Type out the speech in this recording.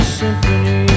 symphony